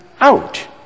out